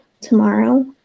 tomorrow